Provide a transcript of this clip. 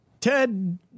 Ted